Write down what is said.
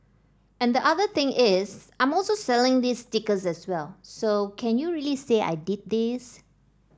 and the other thing is I'm also selling these stickers as well so can you really say I did these